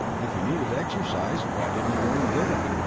if he needed exercise why didn't he go and get it?